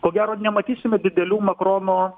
ko gero nematysime didelių makrono